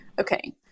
okay